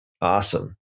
Awesome